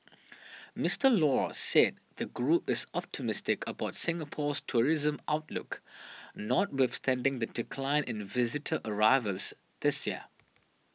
Mister Law said the group is optimistic about Singapore's tourism outlook not with standing the decline in visitor arrivals this year